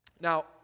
Now